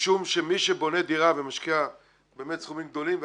משום שמי שבונה דירה ומשקיע באמת סכומים גדולים,